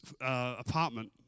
apartment